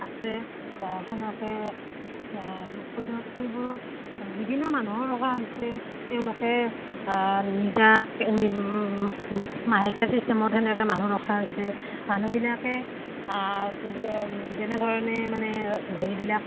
আছে সেনেকৈ পৰ্যটনস্থলীবোৰত বিভিন্ন মানুহো ৰখা হৈছে তেওঁলোকে নিজাকৈ মাহেকীয়া ছিষ্টেমত সেনেকৈ মানুহ ৰখা হৈছে মানুহবিলাকে যেনেধৰণে মানে হেৰিবিলাক